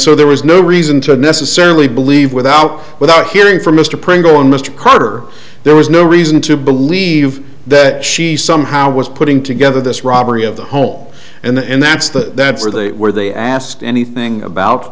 so there was no reason to necessarily believe without without hearing from mr pringle and mr crowder there was no reason to believe that she somehow was putting together this robbery of the home and the and that's the that's where they were they asked anything about